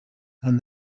and